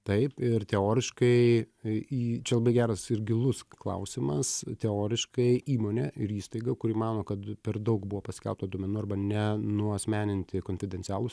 taip ir teoriškai į čia labai geras ir gilus klausimas teoriškai įmonė ir įstaiga kuri mano kad per daug buvo paskelbta duomenų arba nenuasmeninti konfidencialūs